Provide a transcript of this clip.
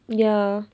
ya